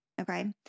okay